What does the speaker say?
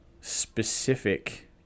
specific